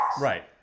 Right